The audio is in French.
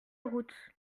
route